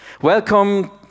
Welcome